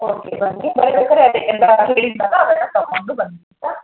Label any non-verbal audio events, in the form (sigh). okay (unintelligible) ಹೇಳಿದೆನಲ್ಲ ಅದನ್ನು ತಕೊಂಡು ಬನ್ನಿ ಆಯ್ತಾ